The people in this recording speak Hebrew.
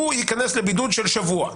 ייכנס לבידוד של שבוע.